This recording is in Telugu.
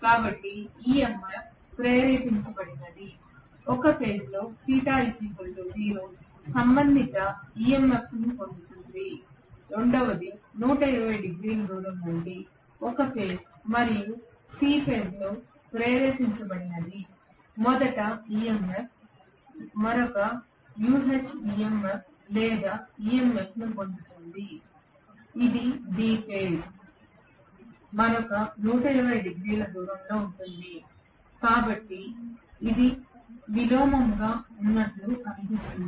కాబట్టి EMF ప్రేరేపించబడినది ఒక ఫేజ్ సంబంధిత EMF ను పొందుతుంది రెండవది 120 డిగ్రీల దూరం నుండి ఒక ఫేజ్ మరియు సి ఫేజ్ో ప్రేరేపించబడిన మొదటి EMF మరొక Uh MMF లేదా EMF ను పొందుతుంది ఇది B ఫేజ్ నుండి మరొక 120 డిగ్రీల దూరంలో ఉంటుంది అందుకే ఇది విలోమంగా ఉన్నట్లు అనిపిస్తుంది